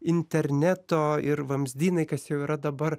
interneto ir vamzdynai kas jau yra dabar